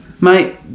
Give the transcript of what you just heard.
mate